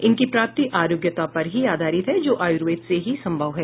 इनकी प्राप्ति आरोग्यता पर ही आधारित है जो आयुर्वेद से ही संभव है